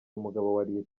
umugabo